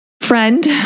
friend